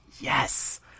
yes